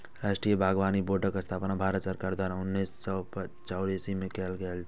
राष्ट्रीय बागबानी बोर्डक स्थापना भारत सरकार द्वारा उन्नैस सय चौरासी मे कैल गेल रहै